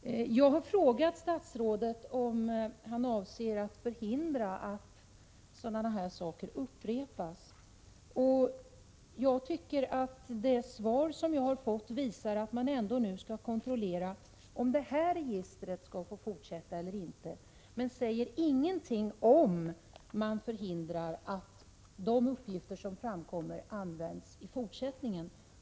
Jag har frågat statsrådet om han avser att förhindra att sådana här saker upprepas. Det svar jag har fått visar att det nu ändå skall kontrolleras om det aktuella registret skall få användas fortsättningsvis eller inte, men svaret säger inte någonting om huruvida det är möjligt att förhindra att de uppgifter som framkommer används i fortsättningen.